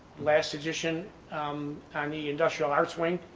last edition on the industrial arts wing,